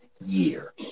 year